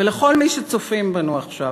ולכל מי שצופים בנו עכשיו,